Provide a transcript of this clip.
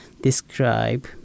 describe